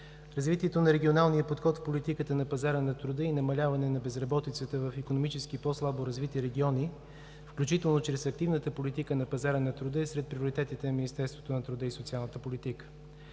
развитието на регионалния подход в политиката на пазара на труда и намаляване на безработицата в икономически по-слабо развити региони, включително и чрез активната политика на пазара на труда, е сред приоритетите на Министерството на труда и социалната политика.